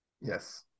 Yes